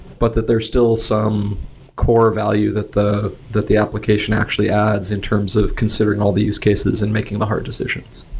but that there are still some core value that the that the application actually ads in terms of considering all these cases and making the hard decisions.